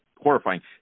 horrifying